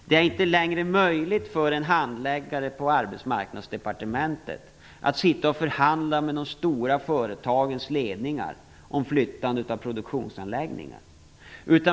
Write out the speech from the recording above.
Det är inte längre möjligt för en handläggare på Arbetsmarknadsdepartementet att förhandla med de stora företagens ledningar om flyttandet av produktionsanläggningar.